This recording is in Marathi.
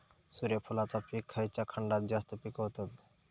सूर्यफूलाचा पीक खयच्या खंडात जास्त पिकवतत?